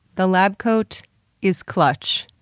the lab coat is clutch.